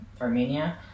Armenia